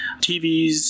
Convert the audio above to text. TVs